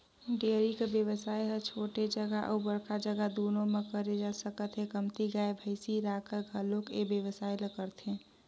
dairy कर बेवसाय ह छोटे जघा अउ बड़का जघा दूनो म करे जा सकत हे, कमती गाय, भइसी राखकर घलोक ए बेवसाय ल करथे